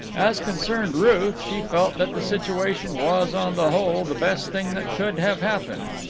as concerned ruth, she felt that the situation was, on the whole, the best thing that could have happened.